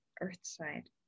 Earthside